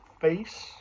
face